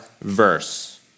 verse